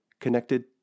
connected